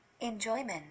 enjoyment